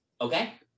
Okay